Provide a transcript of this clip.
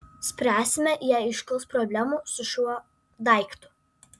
spręsime jei iškils problemų su šiuo daiktu